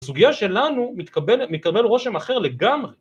הסוגיה שלנו מתקבל רושם אחר לגמרי.